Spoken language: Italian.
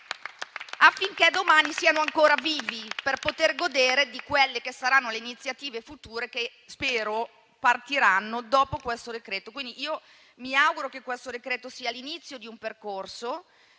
affinché domani siano ancora vivi, per poter godere delle iniziative future che spero ci saranno dopo questo decreto. Mi auguro che questo decreto sia l'inizio di un percorso.